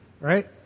right